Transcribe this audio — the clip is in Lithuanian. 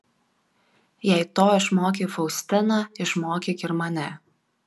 jei to išmokei faustiną išmokyk ir mane